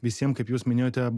visiem kaip jūs minėjote